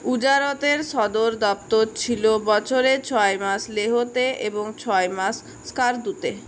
উজারতের সদর দপ্তর ছিল বছরের ছয় মাস লেহতে এবং ছয় মাস স্কারদুতে